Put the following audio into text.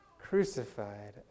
crucified